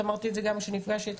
אמרתי את זה גם כשנפגשתי אתכם.